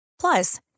plus